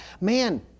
man